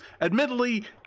Admittedly